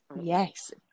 Yes